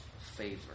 favor